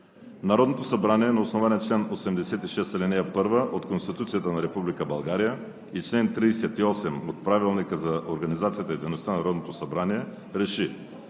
Народното събрание на основание чл. 86, ал. 1 от Конституцията на Република България и чл. 38 от Правилника за организацията и дейността на Народното събрание